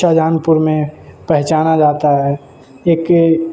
شاہ جہاں پور میں پہچانا جاتا ہے ایک